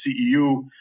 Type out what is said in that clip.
CEU